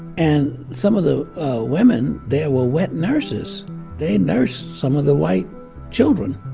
and some of the women there were wet nurses they nursed some of the white children.